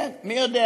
כן, מי יודע.